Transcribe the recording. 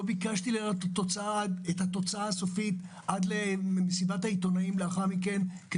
לא ביקשתי לראות את התוצאה הסופית עד מסיבת העיתונאים לאחר מכן.